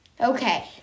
Okay